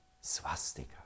Swastika